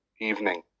evening